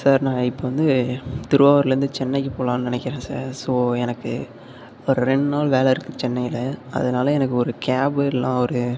sir நான் இப்போ வந்து திருவாரூர்லேந்து சென்னைக்கு போகலான்னு நினைக்கிறேன் சார் ஸோ எனக்கு ஒரு ரெண்டு நாள் வேலை இருக்குது சென்னையில் அதனால் எனக்கு ஒரு கேபு இல்லைனா ஒரு